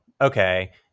okay